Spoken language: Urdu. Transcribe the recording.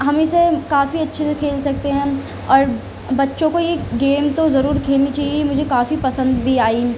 ہم اسے کافی اچھے سے کھیل سکتے ہیں اور بچّوں کو یہ گیم تو ضرور کھیلنی چاہیے یہ مجھے کافی پسند بھی آئی